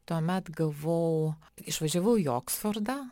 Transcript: tuomet gavau išvažiavau į oksfordą